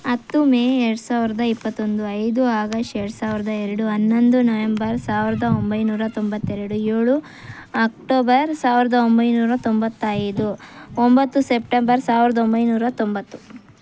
ಹತ್ತು ಮೇ ಎರಡು ಸಾವಿರದ ಇಪ್ಪತ್ತೊಂದು ಐದು ಆಗಸ್ಟ್ ಎರಡು ಸಾವಿರದ ಎರಡು ಹನ್ನೊಂದು ನವೆಂಬರ್ ಸಾವಿರದ ಒಂಬೈನೂರ ತೊಂಬತ್ತೆರಡು ಏಳು ಅಕ್ಟೋಬರ್ ಸಾವಿರದ ಒಂಬೈನೂರ ತೊಂಬತ್ತೈದು ಒಂಬತ್ತು ಸೆಪ್ಟೆಂಬರ್ ಸಾವಿರ್ದ ಒಂಬೈನೂರ ತೊಂಬತ್ತು